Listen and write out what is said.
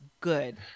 Good